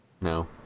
No